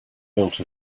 built